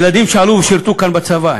ילדים שעלו ושירתו כאן בצבא,